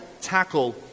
tackle